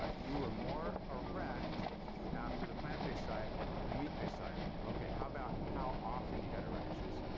ah you were more erect after the plant-based diet than the meat-based diet. okay, how about how often you had erections.